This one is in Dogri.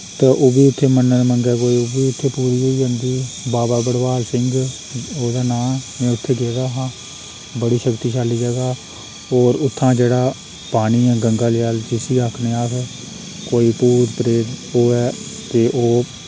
ते ओह् बी उत्थै मन्नत मंगै कोई ओह् बी उत्थै पूरी होई जन्दी बाबा भड़वल सिंह ओह्दा नां में उत्थै गेदा हा बड़ी शक्तिशाली जगह और उत्थां जेह्ड़ा पानी ऐ गंगाजल जिसी आखने अस कोई भूत प्रेत होऐ ते ओह्